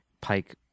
Pike